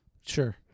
Sure